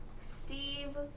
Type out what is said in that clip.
Steve